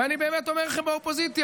ואני באמת אומר לכם באופוזיציה,